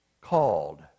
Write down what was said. called